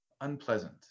unpleasant